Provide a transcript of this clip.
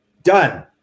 Done